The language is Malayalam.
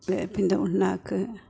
വേപ്പിൻ്റെ പിണ്ണാക്ക്